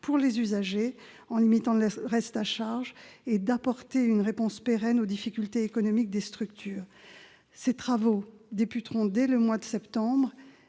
pour les usagers, en limitant le reste à charge, et d'apporter une réponse pérenne aux difficultés économiques des structures. Ces travaux débuteront dès le mois de septembre.